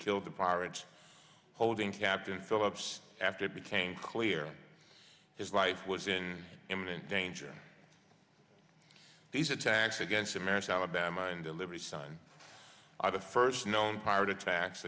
kill the pirates holding captain phillips after it became clear his life was in imminent danger these attacks against america alabama and delivery son of a first known pirate attacks